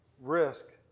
risk